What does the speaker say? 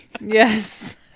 Yes